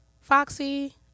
Foxy